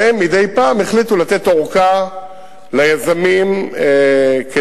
ומדי פעם החליטו לתת ארכה ליזמים כדי